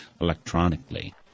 electronically